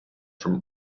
from